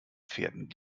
pferden